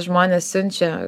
žmonės siunčia